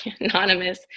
anonymous